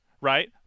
right